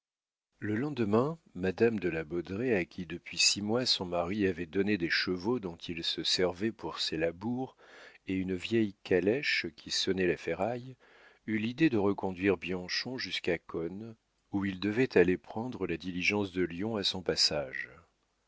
le lendemain madame de la baudraye à qui depuis six mois son mari avait donné des chevaux dont il se servait pour ses labours et une vieille calèche qui sonnait la ferraille eut l'idée de reconduire bianchon jusqu'à cosne où il devait aller prendre la diligence de lyon à son passage